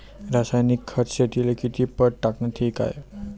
रासायनिक खत शेतीले किती पट टाकनं ठीक हाये?